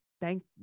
Thank